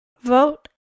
Vote